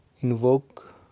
invoke